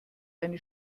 eine